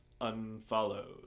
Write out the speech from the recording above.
Unfollowed